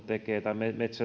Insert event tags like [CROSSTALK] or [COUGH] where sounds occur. [UNINTELLIGIBLE] tekee tai